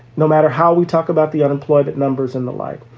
no matter how we talk about the unemployment numbers and the like.